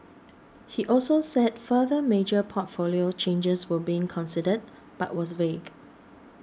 he also said further major portfolio changes were being considered but was vague